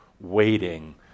waiting